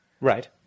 Right